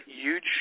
huge